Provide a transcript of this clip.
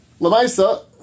Lamaisa